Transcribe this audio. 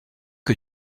que